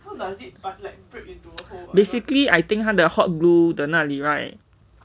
basically I think 他的 hot glue 的那里 right